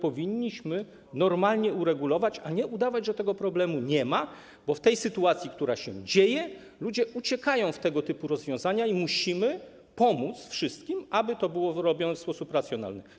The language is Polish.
Powinniśmy to normalnie uregulować, a nie udawać, że tego problemu nie ma, bo w sytuacji, jaka ma miejsce, ludzie uciekają w tego typu rozwiązania i musimy pomóc wszystkim, aby to było robione w sposób racjonalny.